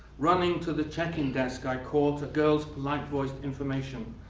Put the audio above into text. running to the check-in desk, i caught a girl's polite-voiced information.